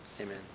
Amen